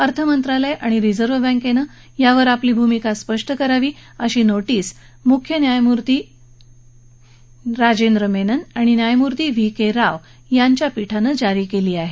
अर्थमंत्रालय आणि रिझर्व बँकेनं यावर आपली भूमिका स्पष्ट करावी अशी नोटीस मुख्य न्यायमूर्ती राजेंद्र मेनन आणि न्यायमूर्ती व्ही के राव यांच्या पीठानं जारी केली आहे